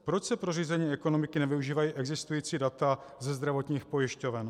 Proč se pro řízení ekonomiky nevyužívají existující data ze zdravotních pojišťoven?